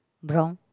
brown